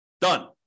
Done